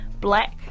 black